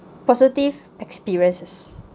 positive experiences